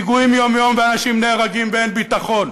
פיגועים יום-יום ואנשים נהרגים, ואין ביטחון.